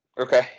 Okay